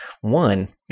One